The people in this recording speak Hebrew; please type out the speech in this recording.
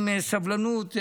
עם סבלנות,